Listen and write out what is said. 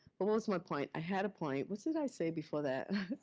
what was my point? i had a point. what did i say before that?